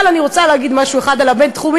אבל אני רוצה להגיד משהו על הבין-תחומי,